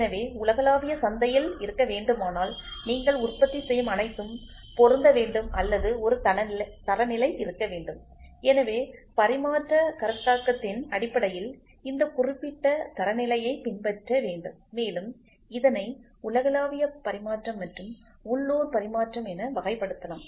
எனவே உலகளாவிய சந்தையில் இருக்க வேண்டுமானால் நீங்கள் உற்பத்தி செய்யும் அனைத்தும் பொருந்த வேண்டும் அல்லது ஒரு தரநிலை இருக்க வேண்டும் எனவே பரிமாற்றக் கருத்தாக்கத்தின் அடிப்படையில் இந்த குறிப்பிட்ட தரநிலையைப் பின்பற்ற வேண்டும் மேலும் இதனை உலகளாவிய பரிமாற்றம் மற்றும் உள்ளூர் பரிமாற்றம் என வகைப்படுத்தலாம்